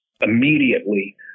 immediately